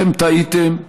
אתם טעיתם,